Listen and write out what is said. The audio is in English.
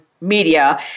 media